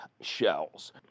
shells